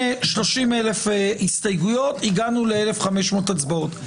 מ-30,000 הסתייגויות הגענו ל-1,500 הצבעות.